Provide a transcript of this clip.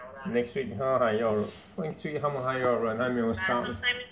next week 他还要 next week 他们还要人还没有 start